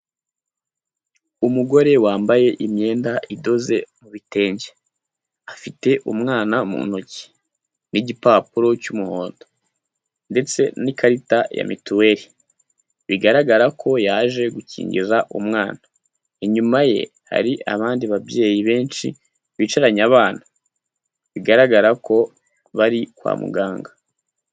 Umugore wambaye imyenda idoze mu bitenge. Afite umwana mu ntoki n'igipapuro cy'umuhondo ndetse n'ikarita ya mituweri. Bigaragara ko yaje gukingiza umwana. Inyuma ye hari abandi babyeyi benshi, bicaranya abana. Bigaragara ko bari kwa muganga.